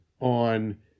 on